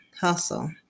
Hustle